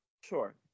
Sure